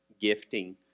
gifting